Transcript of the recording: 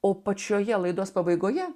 o pačioje laidos pabaigoje